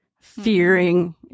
fearing